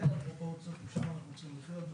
אלה הפרופורציות ושם אנחנו צריכים להיות.